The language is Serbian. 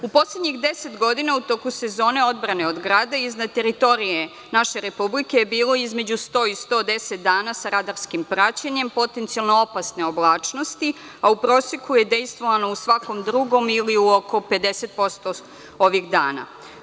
U poslednjih 10 godina u toku sezone odbrane od grada iznad teritorije naše Republike bilo je između 100 i 110 dana sa radarskim praćenjem potencijalno-opasne oblačnosti, a u proseku je dejstvovano u svakom drugom ili oko 50% ovih dana.